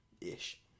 ish